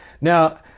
Now